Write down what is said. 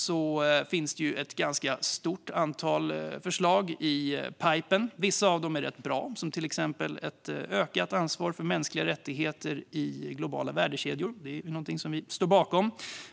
Det finns ett stort antal förslag i pipeline. Vissa av dem är rätt bra, till exempel ett ökat ansvar för mänskliga rättigheter i globala värdekedjor. Det är något vi står bakom.